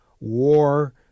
war